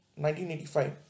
1985